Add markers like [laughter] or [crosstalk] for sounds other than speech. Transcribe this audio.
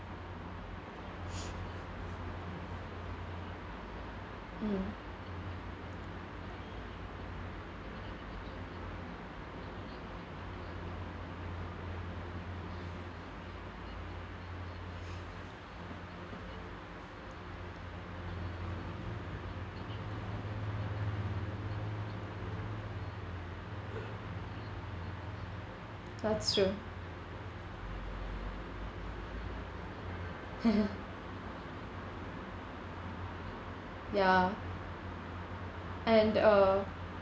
mm that's true [laughs] ya and uh